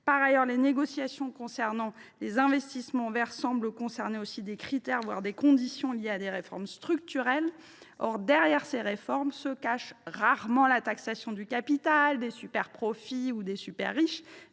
Par ailleurs, les négociations sur les investissements verts semblent retenir aussi des critères, voire des conditions, liés à des réformes structurelles. Or, derrière ces réformes, se cache rarement la taxation du capital, des superprofits ou des super riches,